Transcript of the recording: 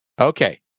Okay